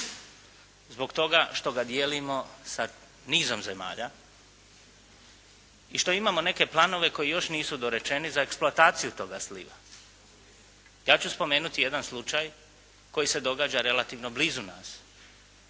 zbog toga što ga dijelimo sa nizom zemalja i što imamo neke planove koji još nisu dorečeni za eksploataciju toga sliva. Ja ću spomenuti jedan slučaj koji se događa relativno blizu nas,